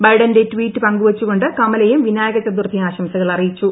ബൈഡന്റെ tweet പങ്കുവച്ചുകൊണ്ട് കമലയും വിനായകചതുർതഥി ആശംസകളറിയിച്ചു